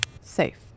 Safe